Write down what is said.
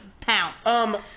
pounce